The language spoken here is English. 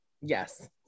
Yes